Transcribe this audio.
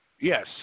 Yes